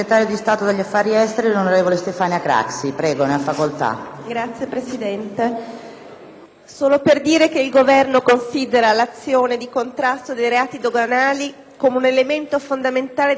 Signora Presidente, il Governo considera l'azione di contrasto dei reati doganali come un elemento fondamentale della più generale lotta di contrasto alla criminalità organizzata in settori quali il traffico di droga,